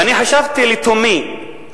ואני חשבתי לתומי,